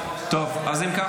אם כך,